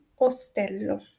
ostello